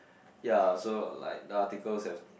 ya so like the articles have